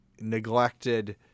neglected